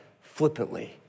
flippantly